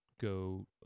go